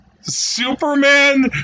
Superman